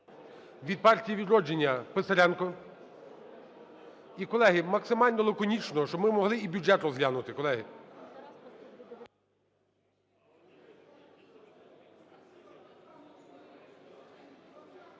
Від "Партії "Відродження" - Писаренко. І, колеги, максимально лаконічно, щоб ми могли і бюджет розглянути,